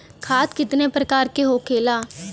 खाद कितने प्रकार के होखेला?